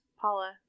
Paula